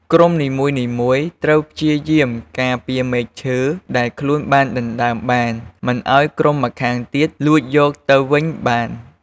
ក្រុមនីមួយៗត្រូវព្យាយាម ការពារមែកឈើ ដែលខ្លួនបានដណ្ដើមបាន មិនឱ្យក្រុមម្ខាងទៀតលួចយកទៅវិញបាន។